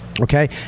Okay